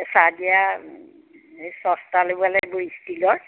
এই চাহ দিয়া এই ছচ এটা আনিব লাগিব ষ্টিলৰ